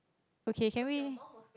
okay can we